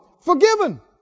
forgiven